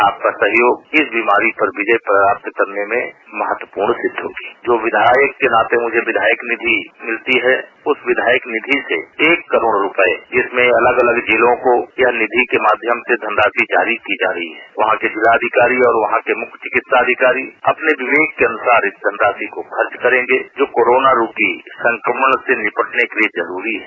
आपका सहयोग इस बीमारी पर विजय प्राप्त करने में महत्वपूर्ण सिद्ध होगी जो विधायक के नाते जो विधायक निधि मिलती है उस विधायक निधि से एक करोड़ रूपये जिसमें अलग अलग जिलों को यह निधि के माध्यम से धनराशि जारी की जा रही हैं वहां के जिलाधिकारी और वहां के मुख्य चिकित्साधिकारी अपने विवेक के अनुसार इस धनराशि को खर्च करेंगे जो करोनो रूपी संक्रमण से निपटने के लिये जरूरी है